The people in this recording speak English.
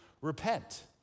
repent